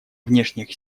внешних